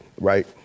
right